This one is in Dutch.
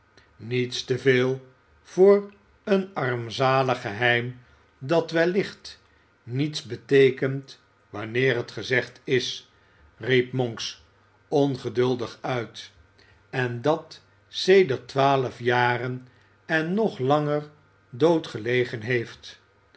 niets te veel voor een armzalig geheim dat wellicht niets beteekent wanneer het gezegd is riep monks ongeduldig uit en dat sedert twaalf jaren en nog langer dood gelegen heeft